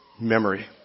memory